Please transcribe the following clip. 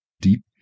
deep